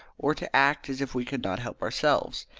or to act as if we could not help ourselves.